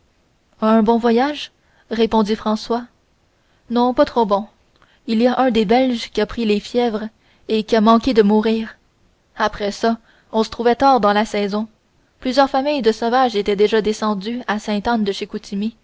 un bon voyage répondit françois non pas trop bon il y a un des belges qui a pris les fièvres et qui a manqué de mourir après ça on se trouvait tard dans la saison plusieurs familles de sauvages étaient déjà descendues à